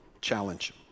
challenge